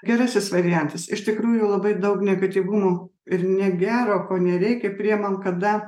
gerasis variantas iš tikrųjų labai daug negatyvumo ir negero ko nereikia priimam kada